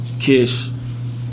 Kiss